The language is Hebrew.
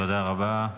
תודה רבה.